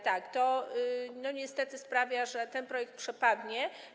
Tak. ...niestety sprawia, że ten projekt przepadnie.